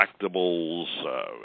collectibles